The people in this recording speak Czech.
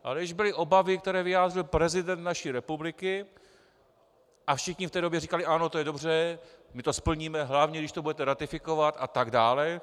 Ale když byly obavy, které vyjádřil prezident naší republiky, a všichni v té době říkali: Ano, to je dobře, my to splníme, hlavně když to budete ratifikovat, a tak dále...